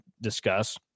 discuss